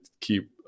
keep